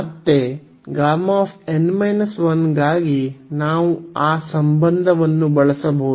ಮತ್ತೆ Γ ಗಾಗಿ ನಾವು ಆ ಸಂಬಂಧವನ್ನು ಬಳಸಬಹುದು